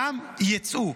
וגם יֵצְאו,